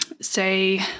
say